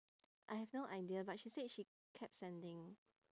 I have no idea but she said she kept sending